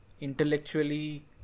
intellectually